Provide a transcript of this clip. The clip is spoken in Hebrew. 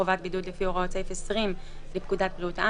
חובת בידוד לפי הוראות סעיף 20 לפקודת בריאות העם,